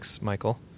Michael